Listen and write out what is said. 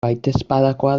baitezpadakoa